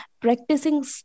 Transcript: practicing